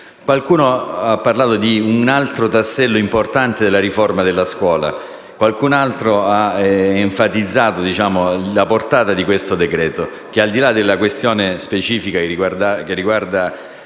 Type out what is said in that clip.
Qualcuno ha parlato di un altro tassello importante della riforma della scuola; qualcun altro ha enfatizzato la portata di questo decreto che, al di là dell'articolo riguardante